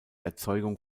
erzeugung